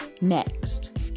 next